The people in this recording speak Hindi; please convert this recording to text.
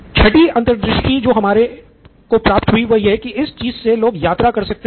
छठी अंतर्दृष्टि जो हमे प्राप्त हुई वह यह की इस चीज़ से लोग यात्रा कर सकते है